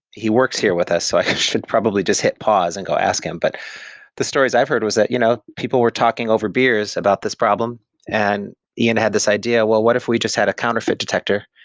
he works here with us, so i should probably just hit pause and go ask him. but the stories i've heard was that you know people were talking over beers about this problem and ian had this idea, well, what if we just had a counterfeit detector,